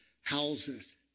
houses